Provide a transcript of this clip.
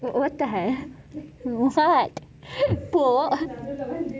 wait what the hell